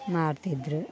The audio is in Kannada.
ಮಾಡ್ತಿದ್ರು